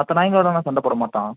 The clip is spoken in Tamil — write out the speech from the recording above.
மற்ற நாயிங்களோட எல்லாம் சண்டபோட மாட்டான்